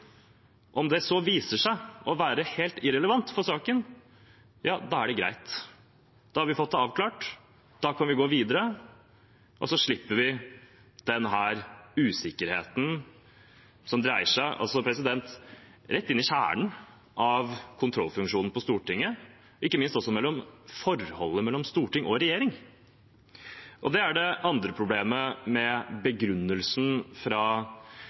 Om det så viser seg å være helt irrelevant for saken, er det greit. Da har vi fått det avklart, da kan vi gå videre, og så slipper vi denne usikkerheten – som dreier seg om og går rett inn i kjernen av kontrollfunksjonen på Stortinget og ikke minst også forholdet mellom storting og regjering. Det andre problemet med begrunnelsen fra